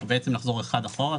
אנחנו נחזור אחד אחורה.